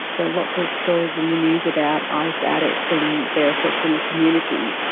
there are lots of stories in the news about ice addicts and their effect in the community.